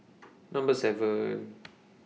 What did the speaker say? Number seven